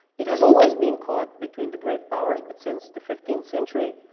it has always been caught between the great powers, but since the fifteenth century,